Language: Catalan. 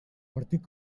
partit